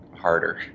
harder